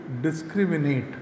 discriminate